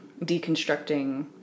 deconstructing